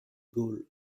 gaules